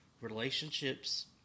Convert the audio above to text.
Relationships